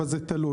אבל זה תלוי,